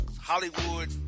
Hollywood